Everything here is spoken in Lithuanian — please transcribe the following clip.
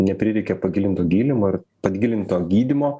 neprireikia pagilinto gylimo ir pagilinto gydymo